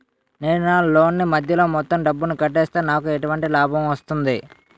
నేను నా లోన్ నీ మధ్యలో మొత్తం డబ్బును కట్టేస్తే నాకు ఎటువంటి లాభం వస్తుంది?